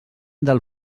del